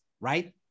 right